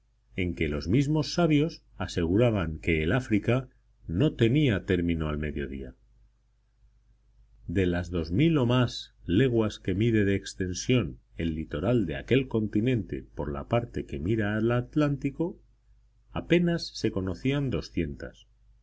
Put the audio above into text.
en que los mismos sabios aseguraban que el áfrica no tenía término al mediodía de las dos mil o más leguas que mide de extensión el litoral de aquel continente por la parte que mira al atlántico apenas se conocían doscientas